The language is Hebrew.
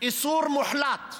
איסור מוחלט.